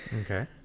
okay